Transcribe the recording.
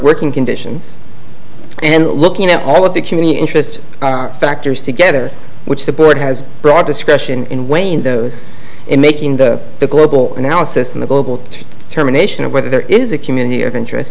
working conditions and looking at all of the community interest factors together which the board has broad discretion in wayne those in making the the global analysis in the global to determination of whether there is a community of interest